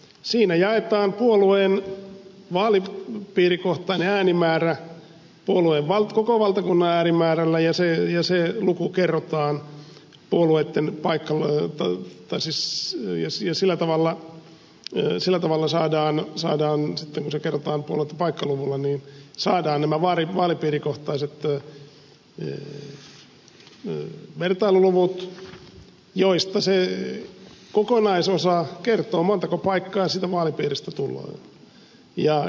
siinä jaetaan puolueen vaalipiirikohtainen äänimäärä puolueen koko valtakunnan äänimäärällä ja se luku kerrotaan puolueitten paikalla jotta prosessimies ja sillä tavalla esillä tavalla saadaan saadaan sitten ensi kertaa ollut paikkaluvulla niin että saadaan nämä vaalipiirikohtaiset vertailuluvut joista kokonaisosa kertoo montako paikkaa siitä vaalipiiristä tulee